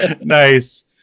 Nice